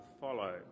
follow